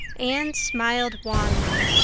anne smiled wanly.